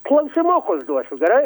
klausimukus duosiu gerai